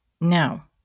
Now